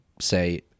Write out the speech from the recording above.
say